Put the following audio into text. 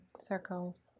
circles